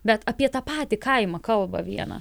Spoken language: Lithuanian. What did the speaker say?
bet apie tą patį kaimą kalba vieną